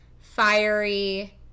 fiery